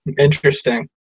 Interesting